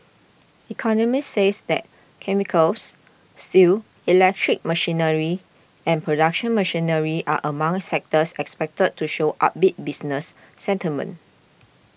economists says that chemicals steel electric machinery and production machinery are among sectors expected to show upbeat business sentiment